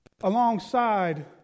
alongside